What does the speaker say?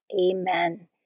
Amen